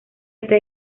está